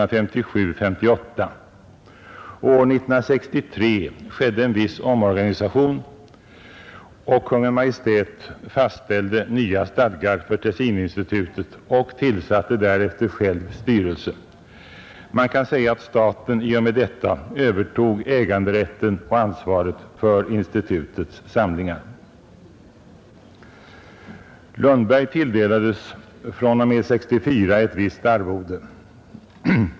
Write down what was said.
År 1963 skedde en viss omorganisation, och Kungl. Maj:t fastställde nya stadgar för Tessininstitutet och tillsatte därefter själv styrelse. Man kan säga att staten i och med detta övertog äganderätten och ansvaret för institutets samlingar. Lundberg tilldelades fr.o.m. 1964 ett visst arvode.